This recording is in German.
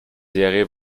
serie